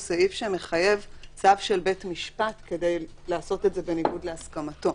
מחייב צו בית משפט כדי לעשות את זה בניגוד להסכמתו.